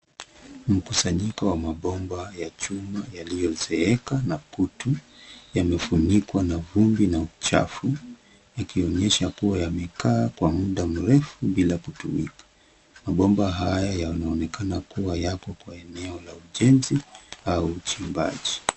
Mkusanyiko wa mabomba ya chuma yaliyozeeka na kutu yamefunikwa na vumbi na uchafu yakionyesha kuwa yamekaa kwa muda mrefu bila kutumika. Mabomba hayo yanaonekana kuwa yako kwa eneo la ujenzi au uchimbaji.